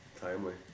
Timely